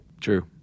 true